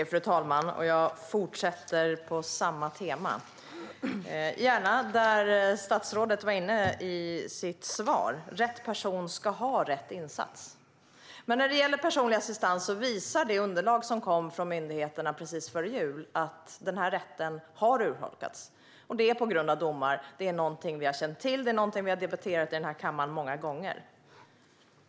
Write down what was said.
Fru talman! Jag fortsätter på samma tema, och gärna på det som statsrådet var inne på i sitt svar: Rätt person ska ha rätt insats. Men när det gäller personlig assistans visar det underlag som kom från myndigheterna strax före jul att denna rätt har urholkats på grund av domar. Det är någonting som vi har känt till, och det är någonting som vi har debatterat i den här kammaren många gånger.